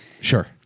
Sure